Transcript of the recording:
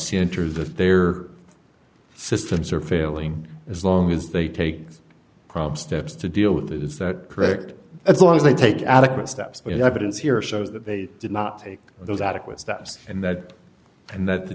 the if there systems are failing as long as they take probes steps to deal with it is that correct as long as they take adequate steps but evidence here shows that they did not take those adequate steps and that and that the